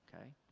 okay